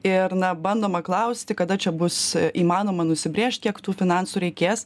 ir na bandoma klausti kada čia bus įmanoma nusibrėžt kiek tų finansų reikės